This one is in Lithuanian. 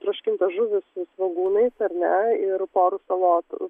troškintą žuvį su svogūnais ar ne ir porų salotų